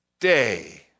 day